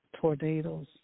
Tornadoes